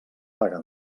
paga